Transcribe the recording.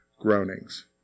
Groanings